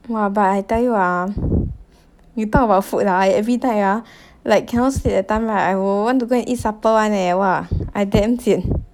!wah! but I tell you ah you talk about food lah every night ah like cannot sleep that time right I will want to go and eat supper [one] leh !wah! I damn sian